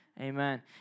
amen